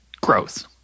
growth